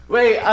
Wait